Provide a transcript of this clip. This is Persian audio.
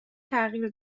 تغییر